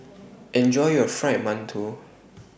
Enjoy your Fried mantou